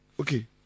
Okay